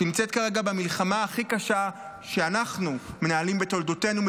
שנמצאת כרגע במלחמה הכי קשה שאנחנו מנהלים בתולדותינו,